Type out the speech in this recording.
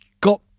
got